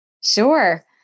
Sure